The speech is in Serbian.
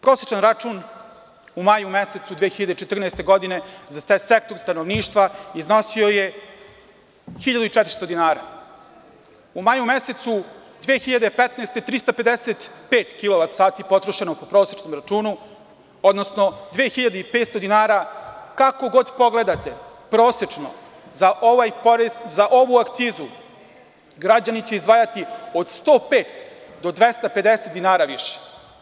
Prosečan račun u maju mesecu 2014. godine, za sektor stanovništva iznosio je 1400 dinara, u maju mesecu 2015. 355 kilovat sati potrošeno po prosečnom računu, odnosno 2.500 dinara, kako god pogledate prosečno za ovu akcizu građani će izdvajati od 105 do 250 dinara više.